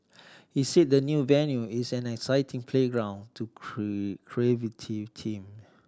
he said the new venue is an exciting playground to creative team